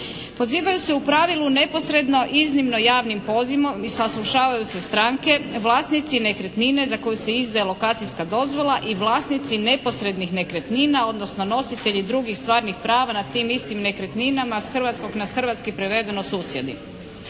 Pozivaju se u pravilu neposredno iznimno javnim pozivom i saslušavaju se stranke vlasnici nekretnine za koju se izdaje lokacijska dozvola i vlasnici neposrednih nekretnina, odnosno nositelji drugih stvarnih prava na tim istim nekretninama s hrvatskog na hrvatski prevedeno susjedi.